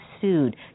sued